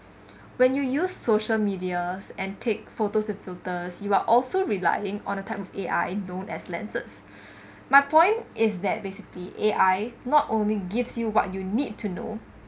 when you use social media and take photos with filters you are also relying on a type of A_I known as lenses my point is that basically A_I not only gives you what you need to know